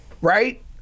right